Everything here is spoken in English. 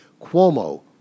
Cuomo